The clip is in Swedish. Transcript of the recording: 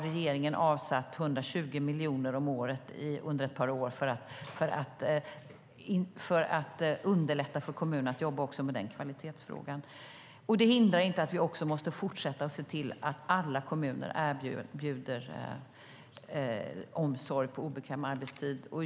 Regeringen har avsatt 120 miljoner om året under ett par år för att underlätta för kommunerna att jobba också med den kvalitetsfrågan. Men det hindrar inte att vi också måste fortsätta att se till att alla kommuner erbjuder omsorg på obekväm arbetstid.